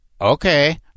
Okay